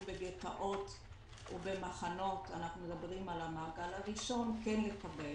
בגטאות ובמחנות אנחנו מדברים על המעגל הראשון כן לקבל.